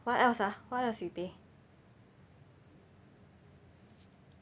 what else ah what else we pay